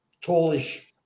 tallish